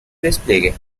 despliegue